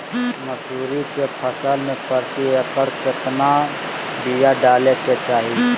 मसूरी के फसल में प्रति एकड़ केतना बिया डाले के चाही?